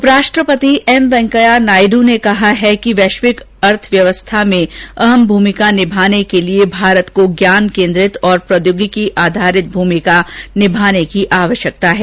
उप राष्ट्रपति एम वेंकैया नायडू ने कहा है कि वैश्विक अर्थव्यवस्था में अहम भूमिका निभाने के लिए भारत को ज्ञान केन्द्रित और प्रौद्योगिकी आधारित भूमिका निभाने की आवश्कयता है